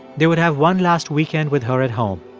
they would have one last weekend with her at home